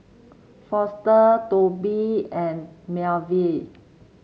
Foster Tobi and Melville